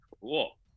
Cool